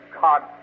God